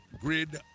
Grid